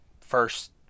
first